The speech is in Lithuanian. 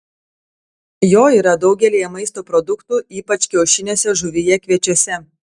jo yra daugelyje maisto produktų ypač kiaušiniuose žuvyje kviečiuose